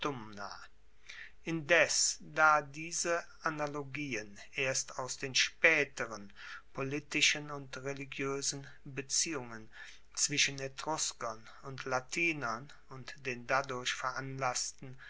indes da diese analogien erst aus den spaeteren politischen und religioesen beziehungen zwischen etruskern und latinern und den dadurch veranlassten